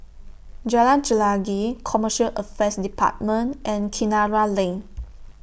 Jalan Chelagi Commercial Affairs department and Kinara Lane